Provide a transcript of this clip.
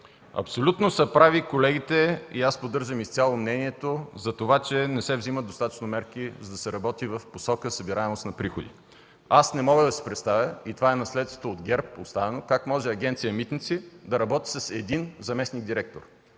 Абсолютно са прави колегите и поддържам изцяло мнението за това, че не се вземат достатъчно мерки, за да се работи в посока събираемост на приходи. Не мога да си представя, и това е наследството, оставено от ГЕРБ, как може Агенция „Митници” да работи с един заместник-директор,